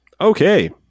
Okay